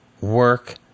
work